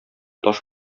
таш